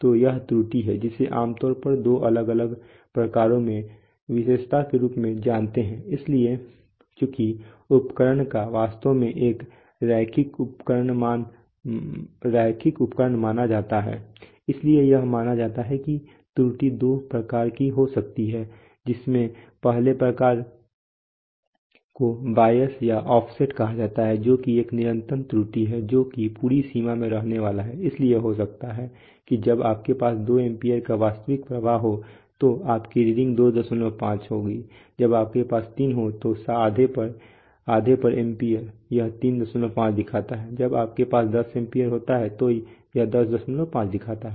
तो यह त्रुटि है जिसे आप आमतौर पर दो अलग अलग प्रकारों में विशेषता के रूप में जानते हैं इसलिए चूंकि उपकरण को वास्तव में एक रैखिक उपकरण माना जाता है इसलिए यह माना जाता है कि त्रुटि दो प्रकार की हो सकती है जिसमें पहले प्रकार को बायस या ऑफसेट कहा जाता है जो एक निरंतर त्रुटि है जो कि पूरी सीमा में रहने वाला है इसलिए हो सकता है कि जब आपके पास 2 एम्पीयर का वास्तविक प्रवाह हो तो आपकी रीडिंग 25 हो जब आपके पास 3 हो तो आधे पर एम्पीयर यह 35 दिखाता है जब आपके पास 10 एम्पीयर होता है तो यह 105 दिखाता है